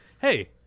hey